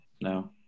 No